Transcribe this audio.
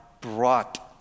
brought